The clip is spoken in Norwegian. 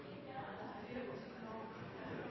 innstillinga me har